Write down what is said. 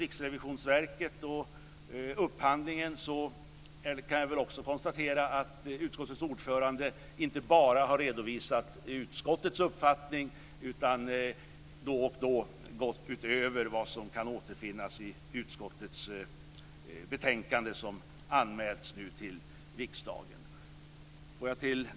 Riksrevisionsverket och upphandling kan jag konstatera att utskottets ordförande inte bara har redovisat utskottets uppfattning utan då och då gått utöver vad som kan återfinnas i utskottets betänkande som nu anmälts till riksdagen.